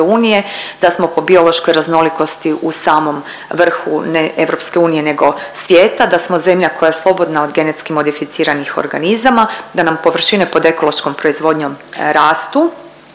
da smo po biološkoj raznolikosti u samom vrhu ne EU nego svijeta, da smo zemlja koja je slobodna od GMO-a, da nam površine pod ekološkom proizvodnjom rastu,